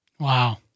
Wow